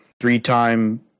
three-time